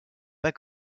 pas